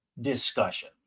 discussion